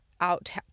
out